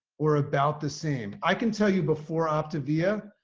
or about the same? i can tell you before optavia,